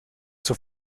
zur